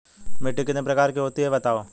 मिट्टी कितने प्रकार की होती हैं बताओ?